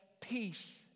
peace